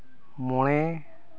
ᱢᱚᱬᱮ